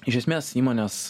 iš esmės įmonės